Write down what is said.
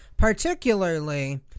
Particularly